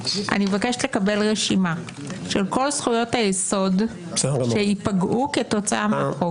אני מבקשת לקבל רשימה של כל זכויות היסוד שייפגעו כתוצאה מהחוק.